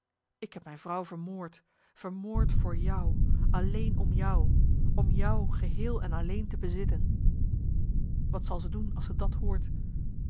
ik heb mijn vrouw vermoord vermoord voor jou alleen om jou om jou geheel en alleen te bezitten wat zal ze doen als ze dat hoort